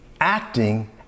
acting